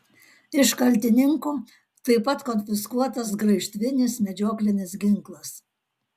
iš kaltininko taip pat konfiskuotas graižtvinis medžioklinis ginklas